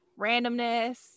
randomness